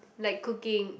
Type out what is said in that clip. like cooking